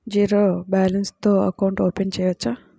Zero balance తో account open చేయవచ్చు?